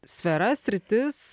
sfera sritis